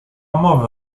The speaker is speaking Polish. mowy